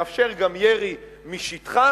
מאפשר גם ירי משטחה,